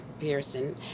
Pearson